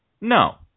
No